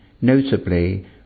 notably